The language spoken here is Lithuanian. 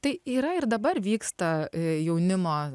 tai yra ir dabar vyksta jaunimo